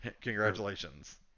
congratulations